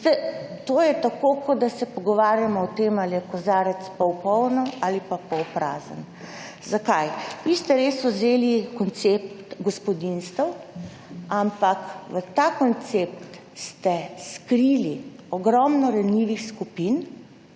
to je tako kot da se pogovarjamo o tem ali je kozarec pol poln ali pa pol prazen. Zakaj? Vi ste res vzeli koncept gospodinjstev, ampak v ta koncept ste skrili ogromno ranljivih skupin,